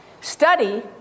Study